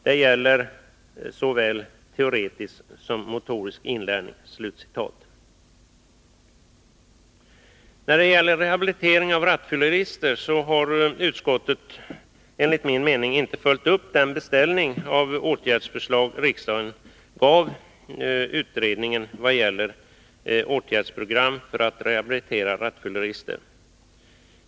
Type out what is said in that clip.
Detta gäller såväl teoretisk som motorisk inlärning.” Trafikutskottet har enligt min mening inte följt upp den ”beställning” av åtgärdsförslag som riksdagen har givit utredningen vad gäller åtgärdsprogram för att rehabilitera rattfyllerister.